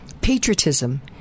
Patriotism